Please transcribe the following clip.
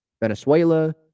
Venezuela